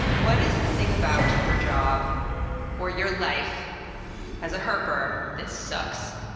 what is the thing about your job or your life as a herper that sucks?